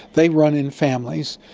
they run in families,